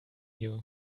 you